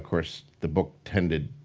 course, the book tended,